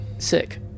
Sick